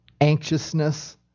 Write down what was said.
Anxiousness